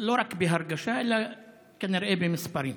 לא רק בהרגשה אלא כנראה במספרים: